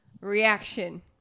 reaction